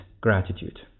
gratitude